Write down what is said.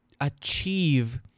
achieve